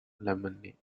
lemonade